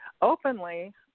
openly